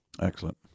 Excellent